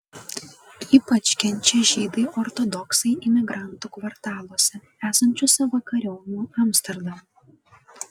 ypač kenčia žydai ortodoksai imigrantų kvartaluose esančiuose vakariau nuo amsterdamo